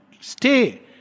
stay